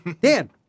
Dan